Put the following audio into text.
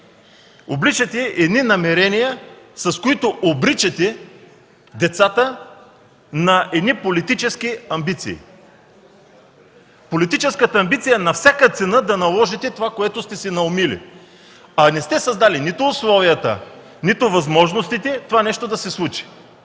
политическа амбиция, с които обричате децата на политически амбиции – политическата амбиция на всяка цена да наложите това, което сте си наумили, а не сте създали нито условията, нито възможностите това да се случи.